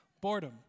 boredom